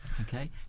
Okay